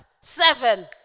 Seven